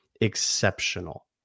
exceptional